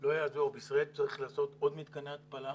לא יעזור, בישראל צריך לעשות עוד מתקני התפלה,